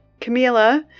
Camila